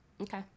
Okay